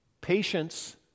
patience